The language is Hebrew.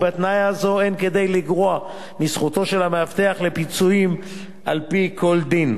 ובהתניה זו אין כדי לגרוע מזכותו של המאבטח לפיצויים על-פי כל דין.